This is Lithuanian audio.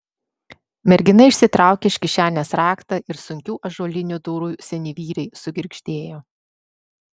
mergina išsitraukė iš kišenės raktą ir sunkių ąžuolinių durų seni vyriai sugirgždėjo